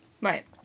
Right